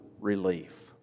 relief